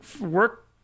work